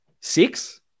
six